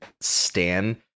stan